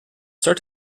start